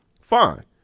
Fine